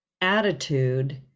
attitude